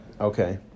okay